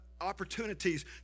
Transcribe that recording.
opportunities